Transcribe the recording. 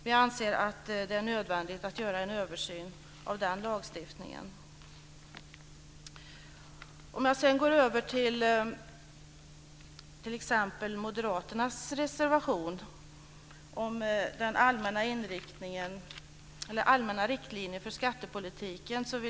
Vi anser att det är nödvändigt att göra en översyn av den lagstiftningen. Moderaterna har en reservation om allmänna riktlinjer för skattepolitiken.